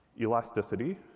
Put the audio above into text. Elasticity